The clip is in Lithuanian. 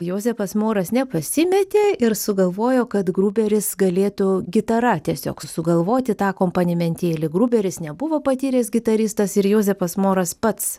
jozepas moras nepasimetė ir sugalvojo kad gruberis galėtų gitara tiesiog sugalvoti tą kompanimentėlį gruberis nebuvo patyręs gitaristas ir jozepas moras pats